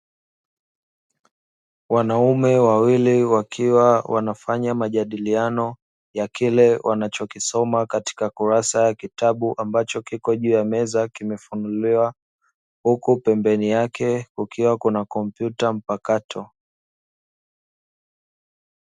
Wanaume wawili wakiwa wanafanya majadiliano ya kile wanachokisoma katika kurasa ya kitabu ambacho kiko juu ya meza, kimefunuliwa huku pembeni yake kukiwa kuna kompyuta mpakato.